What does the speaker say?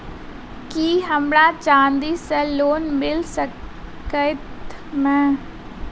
की हमरा चांदी सअ लोन मिल सकैत मे?